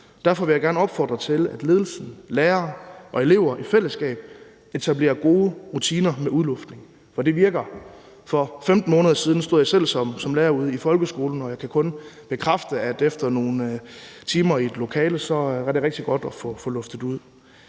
Derfor vil jeg gerne opfordre til, at ledelsen, lærerne og eleverne i fællesskab etablerer gode rutiner med udluftning, for det virker. For 15 måneder siden stod jeg selv som lærer ude i folkeskolen, og jeg kan kun bekræfte, at efter nogle timer i et lokale, er det rigtig godt at få luftet ud.